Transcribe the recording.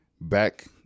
back